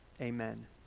Amen